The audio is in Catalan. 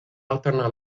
alternar